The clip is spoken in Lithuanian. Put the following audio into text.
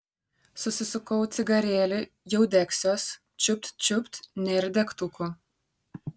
susisukau cigarėlį jau degsiuos čiupt čiupt nėr degtukų